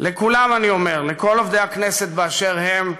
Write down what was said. לכולם אני אומר, לכל עובדי הכנסת באשר הם: